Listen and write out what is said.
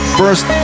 first